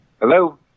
Hello